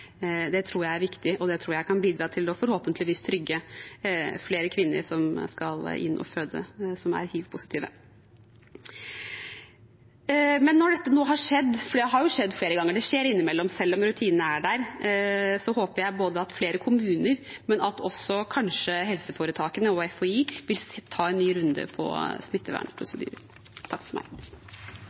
kan bidra til, forhåpentligvis, å trygge flere kvinner som er hivpositive som skal inn og føde. Men når dette nå har skjedd – for det har skjedd flere ganger; det skjer innimellom, selv om rutinene er der – håper jeg at flere kommuner, og kanskje også helseforetakene og FHI, vil ta en ny runde på